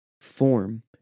form